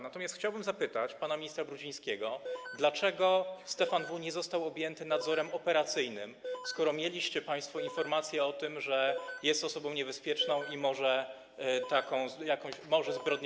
Natomiast chciałbym zapytać pana ministra Brudzińskiego, dlaczego Stefan W. nie został objęty nadzorem operacyjnym, skoro mieliście państwo informacje o tym, że jest osobą niebezpieczną i może popełnić zbrodnię.